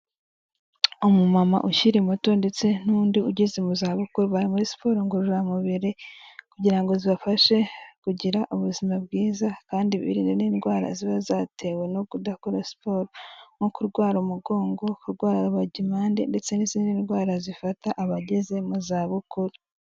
Umu mama ukiri muto ndetse n'undi ugeze mu zabukuru bari muri siporo ngororamubiri, kugira ngo zibafashe kugira ubuzima bwiza kandi birinde n'indwara ziba zatewe no kudakora siporo nko kurwara umugongo, kurwara rubagimpande ndetse n'izindi ndwara zifata abageze mu zabukuru.